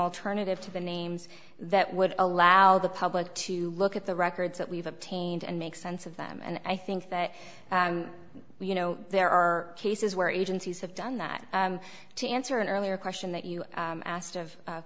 alternative to the names that would allow the public to look at the records that we've obtained and make sense of them and i think that you know there are cases where agencies have done that to answer an earlier question that you